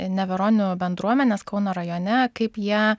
neveronių bendruomenės kauno rajone kaip jie